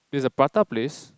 there's a prata place